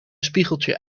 spiegeltje